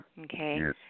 Okay